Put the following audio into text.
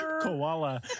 koala